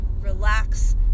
relax